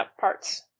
parts